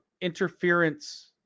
interference